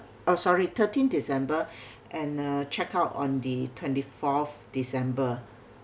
uh sorry thirteen december and uh check out on the twenty fourth december